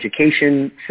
education